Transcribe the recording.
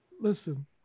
Listen